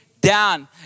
down